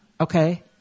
Okay